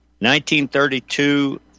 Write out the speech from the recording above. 1932